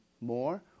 more